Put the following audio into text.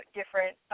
different